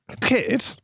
Kid